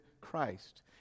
Christ